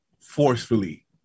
forcefully